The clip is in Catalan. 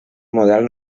model